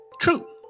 true